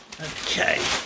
Okay